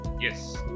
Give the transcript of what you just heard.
Yes